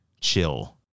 chill